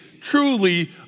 truly